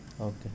okay